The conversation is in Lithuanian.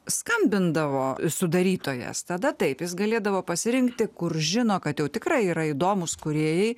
skambindavo sudarytojas tada taip jis galėdavo pasirinkti kur žino kad jau tikrai yra įdomūs kūrėjai